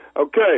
Okay